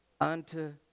unto